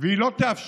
והיא לא תאפשר,